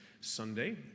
Sunday